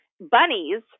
Bunnies